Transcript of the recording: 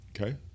Okay